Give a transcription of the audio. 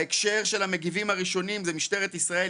בהקשר של המגיבים הראשונים זה משטרת ישראל,